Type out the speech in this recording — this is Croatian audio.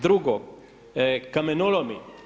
Drugo, kamenolomi.